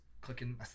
clicking